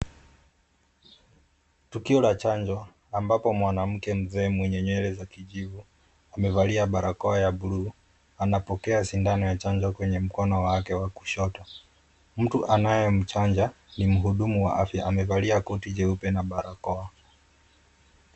Tukio la chanjo, ambapo mwanamke mzee mwenye nywele za kijivu, amevalia barakoa ya blue , anapokea sindano ya chanjo kwenye mkono wake wa kushoto. Mtu anayemchanja, ni mhudumu wa afya, amevalia koti jeupe na barakoa.